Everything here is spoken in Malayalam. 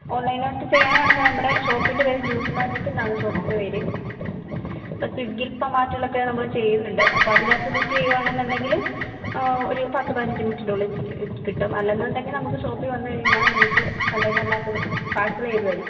ഓൺലൈൻ ആയിട്ട് ചെയ്യാനാണ് അന്നേരം നമ്മുടെ ഷോപ്പിൻ്റെ പേര് ജ്യൂസ് മാജിക് എന്നാണ് ഷോപ്പിൻ്റെ പേര് ഇപ്പോൾ സ്വിഗ്ഗിയിൽ സൊമാറ്റോയിലൊക്കെ നമ്മൾ ചെയ്യുന്നുണ്ട് അപ്പം അതിനകത്ത് ബുക്ക് ചെയ്യുവാണെന്നുണ്ടെങ്കിൽ ഒരു പത്ത് പതിനഞ്ച് മിനിറ്റിനുള്ളിൽ കിട്ടും അല്ല എന്നുണ്ടെങ്കിൽ നമുക്ക് ഷോപ്പിൽ വന്ന് കഴിഞ്ഞാൽ നമുക്ക് കണ്ടേയ്നറിനകത്ത് പാഴ്സൽ ചെയ്ത് തരും